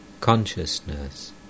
consciousness